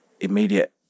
Immediate